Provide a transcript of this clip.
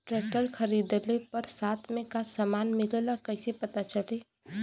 Tractor खरीदले पर साथ में का समान मिलेला कईसे पता चली?